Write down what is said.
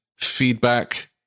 feedback